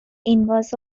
inverse